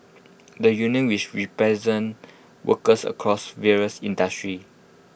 the union which represents workers across various industry